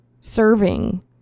serving